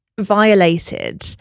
violated